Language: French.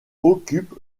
occupe